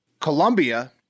Colombia